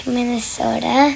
Minnesota